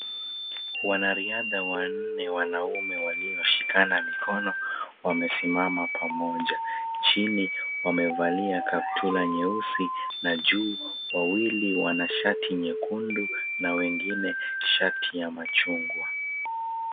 Wanariadha wanne wanaume walioshikana mikono wamesimama pamoja. Chini wamevalia kaptura nyeusi na juu wawili wana shati nyekundu na wengine shati ya machungwa.